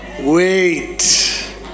Wait